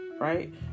right